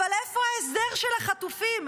אבל איפה ההסדר של החטופים?